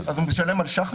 על שחמט?